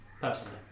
personally